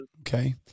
Okay